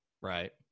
Right